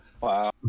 Wow